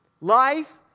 Life